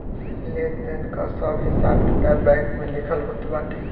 लेन देन कअ सब हिसाब किताब बैंक में लिखल होत बाटे